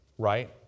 Right